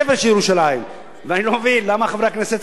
ואני לא מבין למה חברי הכנסת צריכים להצביע נגד החוק הזה,